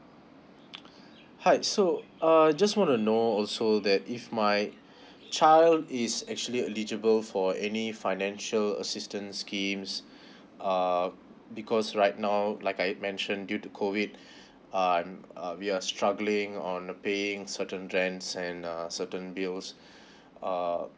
hi (so uh just want to know also that if my child is actually eligible for any financial assistance schemes uh because right now like I mention due to COVID I'm uh we're struggling on paying certain rentss and uh certain bills uh